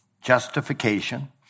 justification